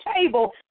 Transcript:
table